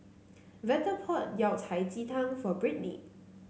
Veta bought Yao Cai Ji Tang for Brittney